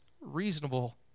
reasonable